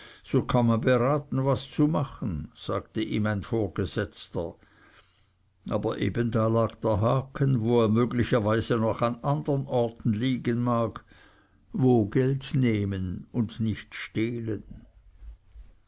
so kann man beraten was zu machen sagte ihm ein vorgesetzter aber da eben lag der haken wo er möglicherweise noch an andern orten liegen mag wo geld nehmen und nicht stehlen